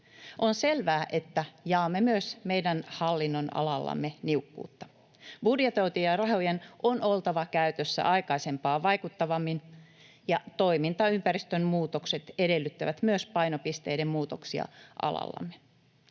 On selvää, että jaamme myös meidän hallin-nonalallamme niukkuutta. Budjetoitujen rahojen on oltava käytössä aikaisempaa vaikuttavammin, ja toimintaympäristön muutokset edellyttävät myös painopisteiden muutoksia alallamme.